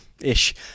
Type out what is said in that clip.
ish